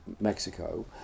Mexico